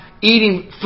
eating